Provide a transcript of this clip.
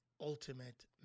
ultimate